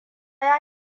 ya